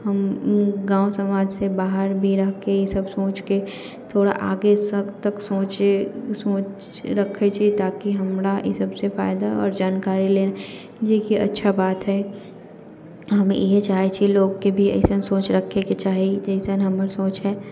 हम गाँव समाजसँ बाहर भी रहिकऽ ईसब सोचिकऽ थोड़ा आगे तक सोच सोच रखै छी ताकि हमरा ईसबसँ फाइदा आओर जानकारी लेल जेकि अच्छा बात हइ हम इएह चाहै छी कि लोकके भी अइसन सोच रखैके चाही जइसन हमर सोच हइ